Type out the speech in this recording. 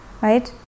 Right